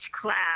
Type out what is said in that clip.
class